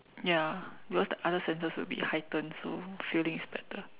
ya because the other senses would be heightened so feeling is better